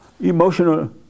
emotional